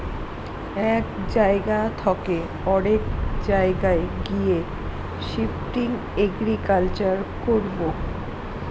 এক জায়গা থকে অরেক জায়গায় গিয়ে শিফটিং এগ্রিকালচার করবো